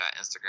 Instagram